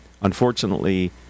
unfortunately